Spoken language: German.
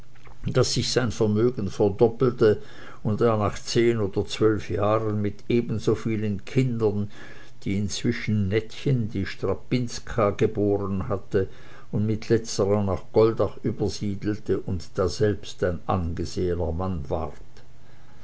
daß sich sein vermögen verdoppelte und er nach zehn oder zwölf jahren mit ebenso vielen kindern die inzwischen nettchen die strapinska geboren hatte und mit letzterer nach goldach übersiedelte und daselbst ein angesehener mann ward